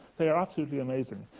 they are absolutely amazing.